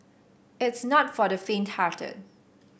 it's not for the faint hearted